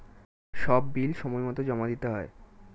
সব বিল সময়মতো জমা দিতে হয়